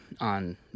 on